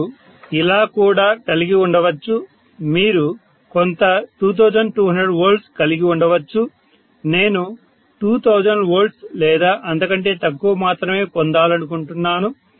మీరు ఇలా కూడా కలిగి ఉండవచ్చు మీరు కొంత 2200 V కలిగి ఉండవచ్చు నేను 2000 V లేదా అంతకంటే తక్కువ మాత్రమే పొందాలనుకుంటున్నాను